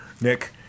Nick